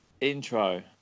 intro